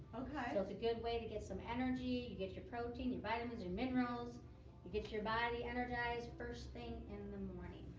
and it's a good way to get some energy you get your protein, your vitamins your minerals you get your body energized first thing in the morning.